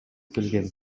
келген